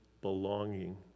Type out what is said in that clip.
belonging